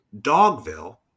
dogville